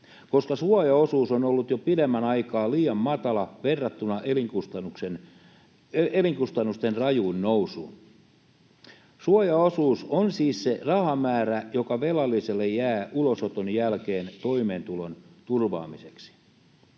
koska suojaosuus on ollut jo pidemmän aikaa liian matala verrattuna elinkustannusten rajuun nousuun. Suojaosuus on siis se rahamäärä, joka velalliselle jää ulosoton jälkeen toimeentulon turvaamiseksi.